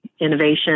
Innovation